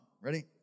Ready